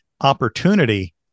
opportunity